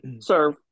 Serve